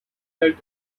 that